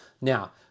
Now